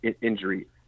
injury